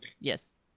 Yes